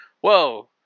whoa